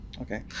Okay